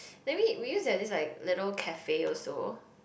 then we we used to have like this little cafe also